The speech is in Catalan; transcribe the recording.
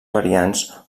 variants